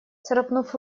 царапнув